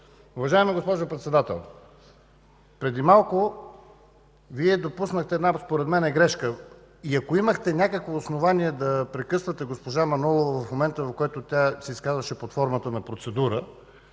Уважаема госпожо Председател, преди малко Вие допуснахте, според мен, една грешка и ако имахте някакво основание да прекъсвате госпожа Манолова в момента, в който тя се изказваше под формата на процедура,